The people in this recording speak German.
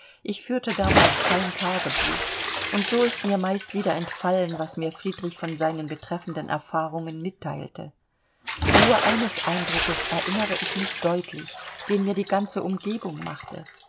ich führte damals kein tagebuch und so ist mir meist wieder entfallen was mir friedrich von seinen betreffenden erfahrungen mitteilte nur eines eindruckes erinnere ich mich deutlich den mir die ganze umgebung machte